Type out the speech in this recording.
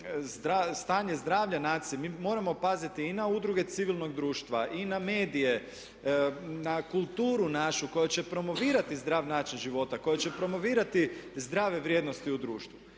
stanja zdravlja nacije, mi moramo paziti i na udruge civilnog društva i na medije, na kulturu našu koja će promovirati zdrav način života, koja će promovirati zdrave vrijednosti u društvu